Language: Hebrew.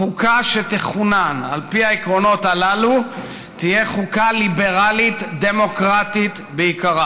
החוקה שתכונן על פי העקרונות הללו תהיה חוקה ליברלית-דמוקרטית בעיקרה,